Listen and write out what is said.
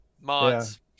Mods